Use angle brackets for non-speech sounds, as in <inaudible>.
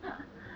<laughs>